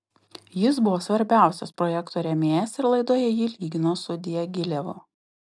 jis buvo svarbiausias projekto rėmėjas ir laidoje jį lygino su diagilevu